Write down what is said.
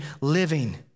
living